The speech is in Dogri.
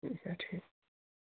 ठीक ऐ ठीक ऐ